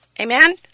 Amen